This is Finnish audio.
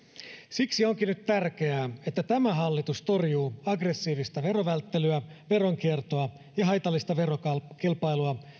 siksi onkin nyt tärkeää että tämä hallitus torjuu aggressiivista verovälttelyä veronkiertoa ja haitallista verokilpailua